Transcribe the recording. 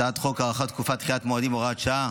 על הצעת חוק הארכת תקופות ודחיית מועדים (הוראת שעה,